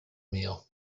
meal